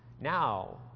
Now